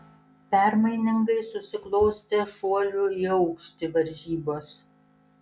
permainingai susiklostė šuolių į aukštį varžybos